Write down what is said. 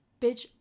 bitch